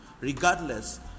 regardless